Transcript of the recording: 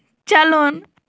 چَلُن